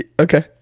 Okay